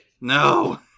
No